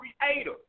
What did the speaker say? creator